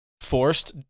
forced